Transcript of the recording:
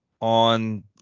on